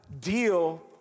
deal